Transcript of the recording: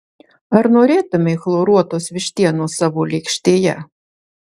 ar norėtumei chloruotos vištienos savo lėkštėje